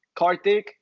Karthik